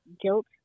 guilt